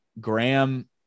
Graham